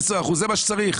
זה מה שצריך.